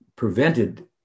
prevented